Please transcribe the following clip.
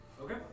Okay